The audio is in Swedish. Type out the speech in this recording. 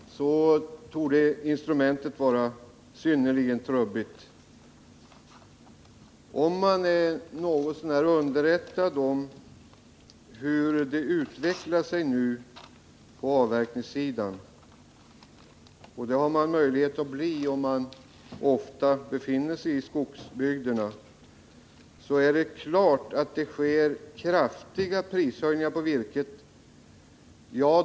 Herr talman! För att uppnå syftet med den här åtgärden, nämligen att stimulera till ökad avverkning, torde instrumentet vara synnerligen trubbigt. Om man är något så när underrättad om hur det kommer att utveckla sig i fråga om avverkningen, vilket man har möjlighet att vara om man ofta befinner sig i skogsbygderna, så vet man att det sker kraftiga prishöjningar på virket.